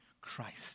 Christ